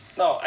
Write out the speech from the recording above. no